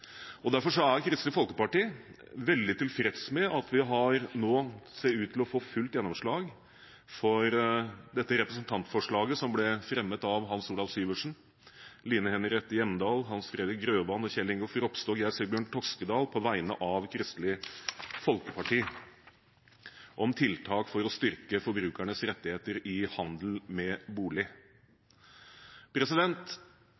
boligkjøpere. Derfor er Kristelig Folkeparti veldig tilfreds med at vi nå ser ut til å få fullt gjennomslag for dette representantforslaget, som ble fremmet av Hans Olav Syversen, Line Henriette Hjemdal, Hans Fredrik Grøvan, Kjell Ingolf Ropstad og Geir Sigbjørn Toskedal på vegne av Kristelig Folkeparti, om tiltak for å styrke forbrukernes rettigheter i handel med